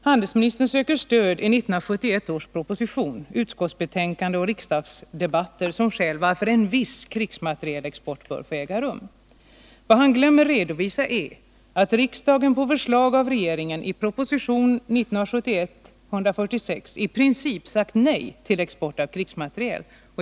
Handelsministern söker stödja sig på 1971 års proposition, utskottsbetänkanden och riksdagsdebatter som skäl till att en viss krigsmaterielexport bör få äga rum. Vad han glömmer redovisa är att riksdagen på förslag av regeringen i proposition 1971:146 i princip sagt nej till export av krigsmateriel.